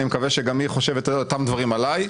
אני מקווה שגם היא חושבת אותם דברים עליי,